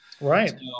Right